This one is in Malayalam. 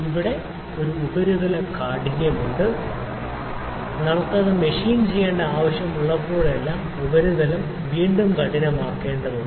അവിടെ ഒരു ഉപരിതല കാഠിന്യം ഉണ്ട് നമുക്ക് അത് മെഷീൻ ചെയ്യേണ്ട ആവശ്യമുള്ളപ്പോഴെല്ലാം ഉപരിതലം വീണ്ടും കഠിനമാക്കേണ്ടതുണ്ട്